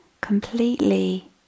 completely